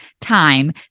time